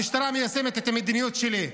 המשטרה מיישמת את המדיניות שלי.